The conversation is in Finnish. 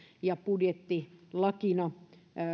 ja budjettilakina